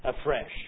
afresh